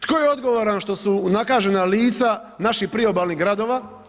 Tko je odgovoran što su unakažena lica naših priobalnih gradova?